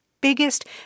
biggest